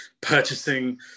purchasing